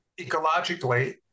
ecologically